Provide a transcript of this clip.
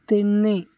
ତିନି